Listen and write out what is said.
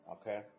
okay